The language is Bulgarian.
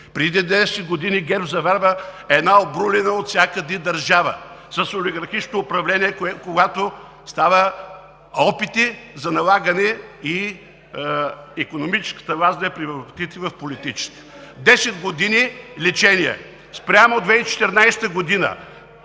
преди 10 години ГЕРБ заварва една обрулена отвсякъде държава с олигархично управление, когато стават опити за налагане и икономическата власт да превърнете в политическа. Десет години лечение! Спрямо 2014 г.